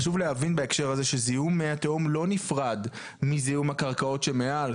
חשוב להבין בהקשר הזה שזיהום מי התהום לא נפרד מזיהום הקרקעות שמעל.